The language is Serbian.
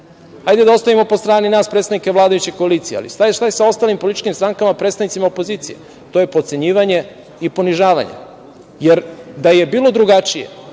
Hajde da ostavimo po strani nas predstavnike vladajuće koalicije, ali šta je sa ostalim političkim strankama, predstavnicima opozicije? To je potcenjivanje i ponižavanje, jer da je bilo drugačije